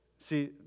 See